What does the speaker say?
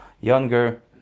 younger